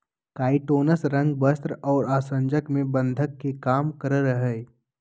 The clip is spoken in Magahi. काइटोनस रंग, वस्त्र और आसंजक में बंधक के काम करय हइ